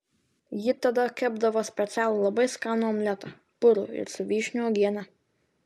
ji tada kepdavo specialų labai skanų omletą purų ir su vyšnių uogiene